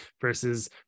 versus